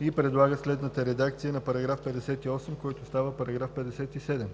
и предлага следната редакция на § 58, който става § 57: „§ 57.